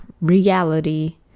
reality